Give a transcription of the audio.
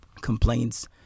complaints